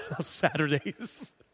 Saturdays